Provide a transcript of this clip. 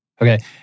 Okay